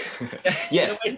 yes